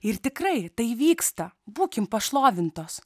ir tikrai tai vyksta būkime pašlovintos